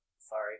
Sorry